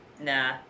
Nah